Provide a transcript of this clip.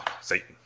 Satan